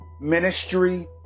ministry